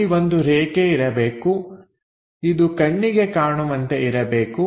ಅಲ್ಲಿ ಒಂದು ರೇಖೆ ಇರಬೇಕು ಇದು ಕಣ್ಣಿಗೆ ಕಾಣುವಂತೆ ಇರಬೇಕು